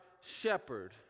shepherd